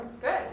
Good